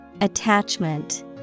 Attachment